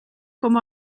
com